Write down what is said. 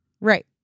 Right